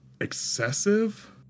excessive